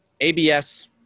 ABS